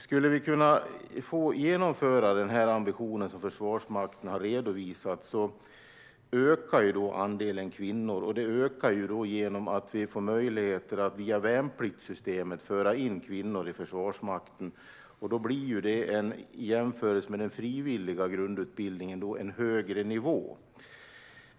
Om vi kan genomföra den ambition som Försvarsmakten har redovisat ökar andelen kvinnor genom att vi får möjlighet att föra in kvinnor i Försvarsmakten via värnpliktssystemet. Då blir det, jämfört med den fria grundutbildningen, en högre nivå.